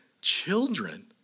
children